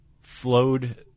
flowed